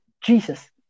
Jesus